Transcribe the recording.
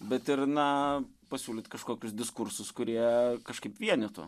bet ir na pasiūlyt kažkokius diskursus kurie kažkaip vienetu